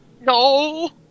No